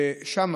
ושם